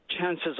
chances